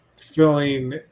filling